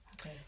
okay